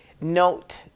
note